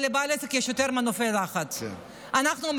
אבל על בעל עסק יש יותר מנופי לחץ.